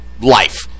life